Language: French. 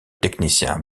technicien